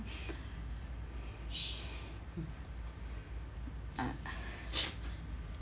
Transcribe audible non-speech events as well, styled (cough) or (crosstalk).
(breath) mm ah (breath)